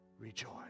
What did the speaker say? rejoice